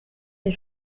est